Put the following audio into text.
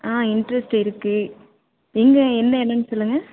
ஆ interest இருக்குது எங்க எந்த எடன்னு சொல்லுங்கள்